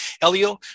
Elio